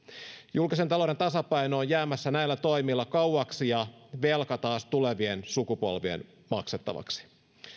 julkisen talouden tasapaino on jäämässä näillä toimilla kauaksi ja velka taas tulevien sukupolvien maksettavaksi